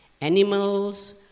animals